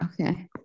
Okay